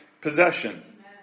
possession